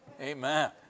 Amen